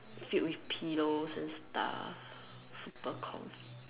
filled with pillows and stuff super comfy